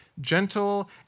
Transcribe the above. gentle